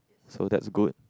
so that's good